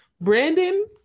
Brandon